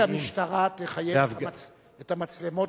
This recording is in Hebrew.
אתה רוצה שהמשטרה תחייב את המצלמות,